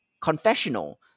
confessional